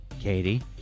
Katie